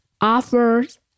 offers